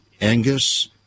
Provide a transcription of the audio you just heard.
Angus